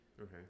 okay